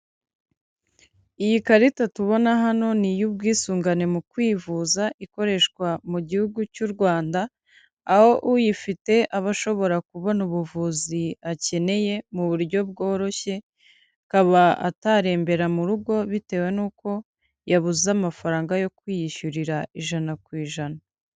Iyi karita tubona hano ni iy'ubwisungane mu kwivuza ikoreshwa mu gihugu cy'u Rwanda, aho uyifite aba ashobora kubona ubuvuzi akeneye mu buryo bworoshye, akaba atarembera mu rugo bitewe n'uko yabuze amafaranga yo kwiyishyurira ijana ku ijana.